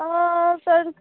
तर